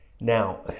Now